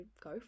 go